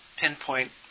pinpoint